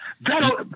That'll